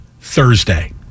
Thursday